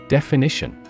Definition